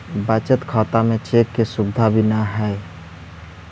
बचत खाता में चेक के सुविधा भी न हइ